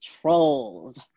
trolls